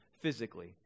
physically